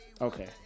Okay